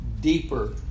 deeper